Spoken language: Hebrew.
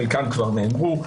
חלקם נאמרו,